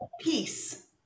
peace